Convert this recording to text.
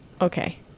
Okay